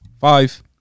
Five